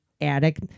attic